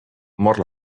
mor